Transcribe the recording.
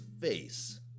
face